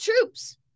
troops